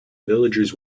villagers